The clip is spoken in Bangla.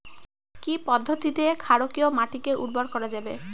কি পদ্ধতিতে ক্ষারকীয় মাটিকে উর্বর করা যাবে?